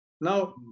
Now